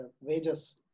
wages